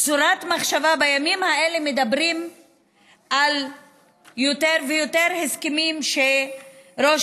בימים האלה מדברים יותר ויותר על הסכמים שראש